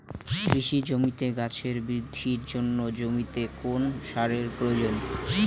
কৃষি জমিতে গাছের বৃদ্ধির জন্য জমিতে কোন সারের প্রয়োজন?